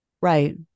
Right